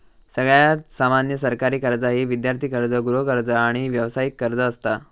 सगळ्यात सामान्य सरकारी कर्जा ही विद्यार्थी कर्ज, गृहकर्ज, आणि व्यावसायिक कर्ज असता